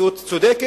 מציאות צודקת.